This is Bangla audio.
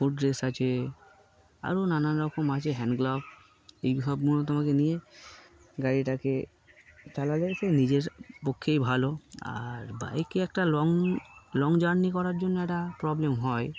ফুট ড্রেস আছে আরও নানান রকম আছে হ্যান্ডগ্লাভস এই সব মূলত তোমাকে নিয়ে গাড়িটাকে চালা যায় সে নিজের পক্ষেই ভালো আর বাইকে একটা লং লং জার্নি করার জন্য একটা প্রবলেম হয়